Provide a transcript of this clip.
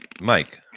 Mike